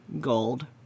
Gold